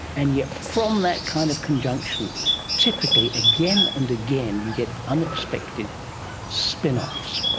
and yet from that kind of conjunction typically again and again you get unexpected spinoffs.